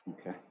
Okay